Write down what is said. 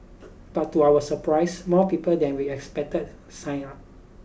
but to our surprise more people than we expected signed up